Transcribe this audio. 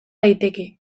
daiteke